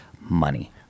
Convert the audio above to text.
money